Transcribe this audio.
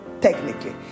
technically